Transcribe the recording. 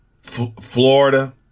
Florida